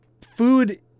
food